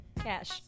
Cash